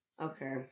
Okay